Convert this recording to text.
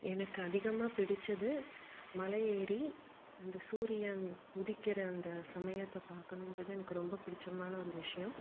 எனக்கு அதிகமாக பிடித்தது மலை ஏறி அந்த சூரியன் உதிக்கிற அந்த சமயத்தை பார்க்கணுன்றது எனக்கு ரொம்ப பிடிச்சமான ஒரு விஷயம்